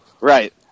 Right